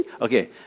Okay